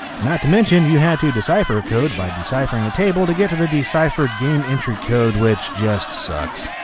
not to mention you had to decipher code by deciphering a table to get to the deciphered game entry code which just sucks.